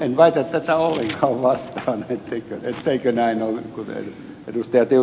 en väitä tätä ollenkaan vastaan ettei näin ole kuten ed